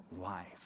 life